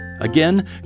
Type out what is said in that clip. Again